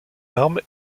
armes